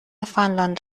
فنلاند